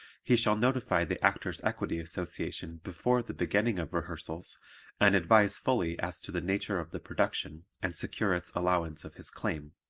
he shall notify the actors' equity association before the beginning of rehearsals and advise fully as to the nature of the production and secure its allowance of his claim.